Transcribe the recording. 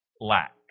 Lack